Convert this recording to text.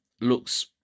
looks